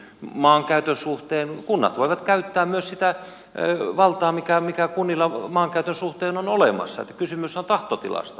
maankäytön suhteen kunnat voivat käyttää myös sitä valtaa joka kunnilla maankäytön suhteen on olemassa kysymyshän on tahtotilasta